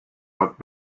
out